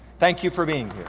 thank you for being